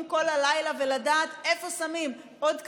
כל הלילה ולדעת איפה שמים עוד תקנים,